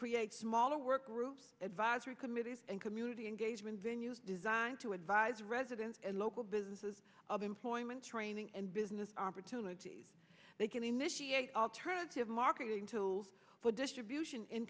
create small work groups advisory committees and community engagement venues designed to advise residents and local businesses of employment training and business opportunities they can initiate alternative marketing tools for distribution in